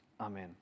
Amen